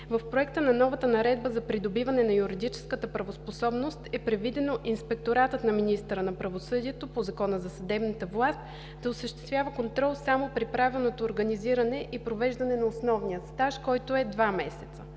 В Проекта на новата Наредба за придобиване на юридическата правоспособност е предвидено Инспекторатът на министъра на правосъдието по Закона за съдебната власт да осъществява контрол само при правилното организиране и провеждане на основния стаж, който е два месеца,